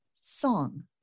song